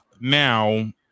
Now